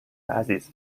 عزیز